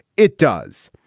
it does.